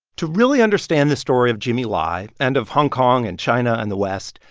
to really understand the story of jimmy lai and of hong kong and china and the west,